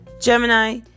Gemini